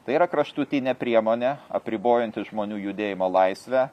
tai yra kraštutinė priemonė apribojanti žmonių judėjimo laisvę